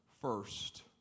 first